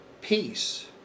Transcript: peace